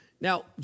now